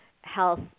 health